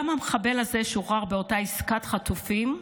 גם המחבל הזה שוחרר באותה עסקת חטופים,